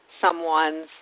someone's